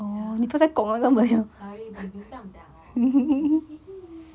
ya sorry orh